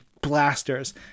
blasters